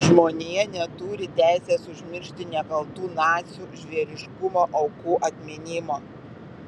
žmonija neturi teisės užmiršti nekaltų nacių žvėriškumo aukų atminimo